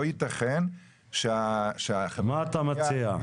לא יתכן --- מה אתה מציע?